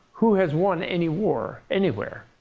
who has won any war anywhere?